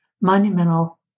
monumental